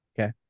Okay